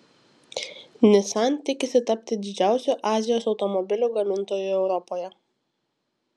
nissan tikisi tapti didžiausiu azijos automobilių gamintoju europoje